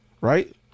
Right